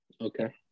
Okay